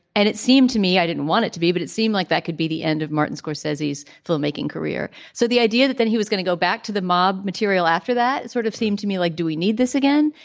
and it seemed to me i didn't want it to be but it seemed like that could be the end of martin scorsese his filmmaking career. so the idea that then he was going to go back to the mob material after that sort of seemed to me like do we need this again.